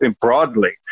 broadly